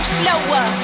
slower